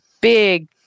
big